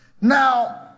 Now